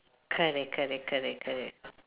correct correct correct correct